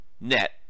net